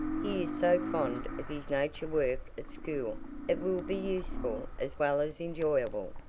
he is so fond of his nature work at school it will be useful as well as enjoyable.